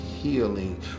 Healing